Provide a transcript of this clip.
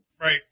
Right